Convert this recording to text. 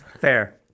Fair